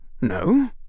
no